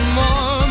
more